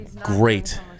Great